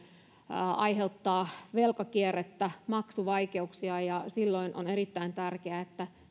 aiheuttavat velkakierrettä maksuvaikeuksia ja silloin on erittäin tärkeää että